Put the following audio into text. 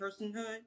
personhood